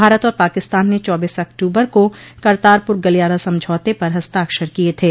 भारत और पाकिस्तान ने चौबोस अक्टूबर को करतारपुर गलियारा समझौते पर हस्ताक्षर किये थे